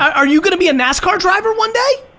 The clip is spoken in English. are you gonna be a nascar driver one day?